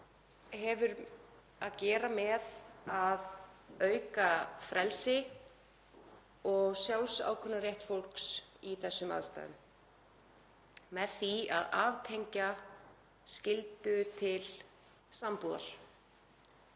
hefur að gera með það að auka frelsi og sjálfsákvörðunarrétt fólks í þessum aðstæðum með því að aftengja skyldu til sambúðar